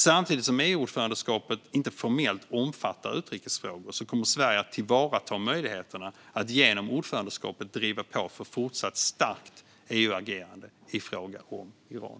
Samtidigt som EU-ordförandeskapet inte formellt omfattar utrikesfrågor kommer Sverige att tillvarata möjligheterna att genom ordförandeskapet driva på för fortsatt starkt EU-agerande i fråga om Iran.